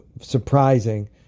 surprising